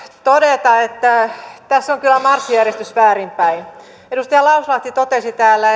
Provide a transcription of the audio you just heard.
todeta että tässä on kyllä marssijärjestys väärinpäin edustaja lauslahti totesi täällä